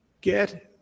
Get